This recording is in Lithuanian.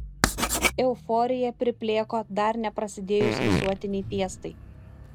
euforija priplėko dar neprasidėjus visuotinei fiestai